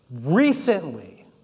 recently